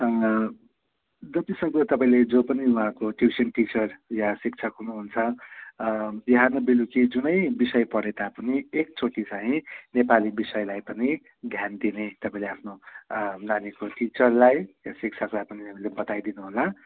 जतिसक्दो तपाईँले जो पनि उहाँको ट्युसन टिचर या शिक्षक हुनुहुन्छ बिहान बेलुकी जुनै विषय पढे तापनि एकचोटि चाहिँ नेपाली विषयलाई पनि ध्यान दिने तपाईँले आफ्नो नानीको टिचरलाई शिक्षकलाई पनि बताइदिनुहोला